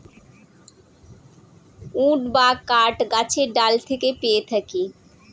would বা কাঠ গাছের ডাল থেকে পেয়ে থাকি